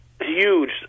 huge